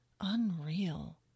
Unreal